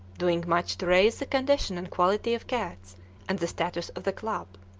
doing much to raise the condition and quality of cats and the status of the club.